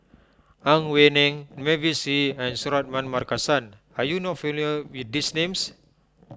Ang Wei Neng Mavis Hee and Suratman Markasan are you not familiar with these names